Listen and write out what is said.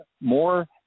more